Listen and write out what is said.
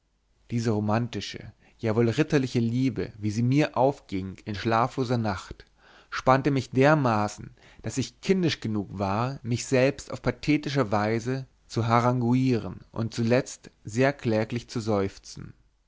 diese romantische ja wohl ritterliche liebe wie sie mir aufging in schlafloser nacht spannte mich dermaßen daß ich kindisch genug war mich selbst auf pathetische weise zu haranguieren und zuletzt sehr kläglich zu seufzen